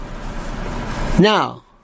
Now